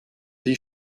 die